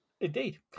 Indeed